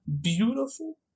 beautiful